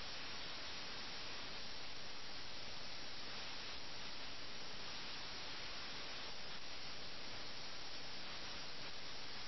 ഒന്നും ചെയ്യാതെ പ്രതിവർഷം ആയിരക്കണക്കിന് രൂപ ആദായം ലഭിക്കുന്ന ജാഗിറുകളിൽ നിന്നുള്ള നേട്ടങ്ങൾ ആസ്വദിക്കാൻ അവർ ആഗ്രഹിക്കുന്നു